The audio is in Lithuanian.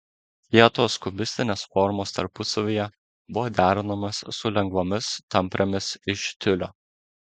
kietos kubistinės formos tarpusavyje buvo derinamos su lengvomis tamprėmis iš tiulio